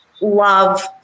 love